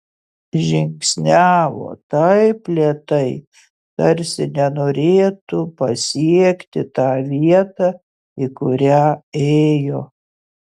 žingsniavo taip lėtai tarsi nenorėtų pasiekti tą vietą į kurią ėjo